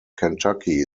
kentucky